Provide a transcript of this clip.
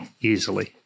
easily